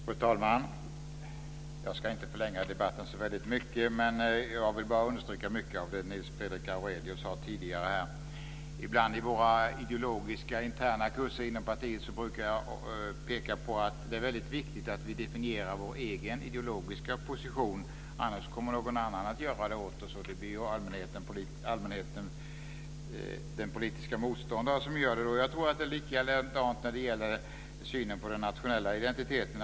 Fru talman! Jag ska inte förlänga debatten så väldigt mycket. Jag vill bara understryka mycket av det Nils Fredrik Aurelius sade tidigare här. Ibland i våra interna ideologiska kurser i partiet brukar jag peka på att det är väldigt viktigt att vi definierar vår egen ideologiska position. Annars kommer någon annan att göra det åt oss, och det blir i allmänhet den politiska motståndaren som gör det. Jag tror att det är likadant när det gäller synen på den nationella identiteten.